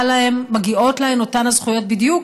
מגיעות להם אותן הזכויות בדיוק.